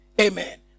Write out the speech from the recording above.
Amen